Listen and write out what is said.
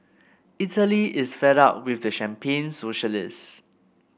Italy is fed up with champagne socialists